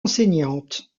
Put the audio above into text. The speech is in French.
enseignante